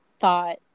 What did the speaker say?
thought